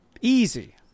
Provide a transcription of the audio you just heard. Easy